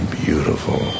beautiful